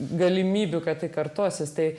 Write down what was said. galimybių kad tai kartosis tai